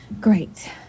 Great